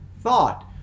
thought